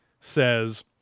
says